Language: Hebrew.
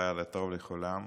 לילה טוב לכולם.